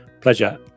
pleasure